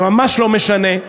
זה ממש לא משנה.